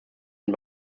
und